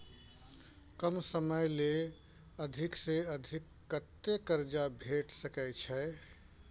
कम समय ले अधिक से अधिक कत्ते कर्जा भेट सकै छै?